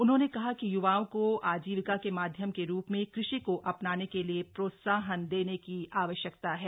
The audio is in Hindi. उन्होंने कहा कि युवाओं को आजीविका के माध्यम के रूध में कृषि को अधनाने के लिए प्रोत्साहन देने की आवश्यकता है